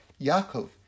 Yaakov